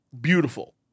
beautiful